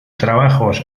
trabajos